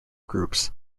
groups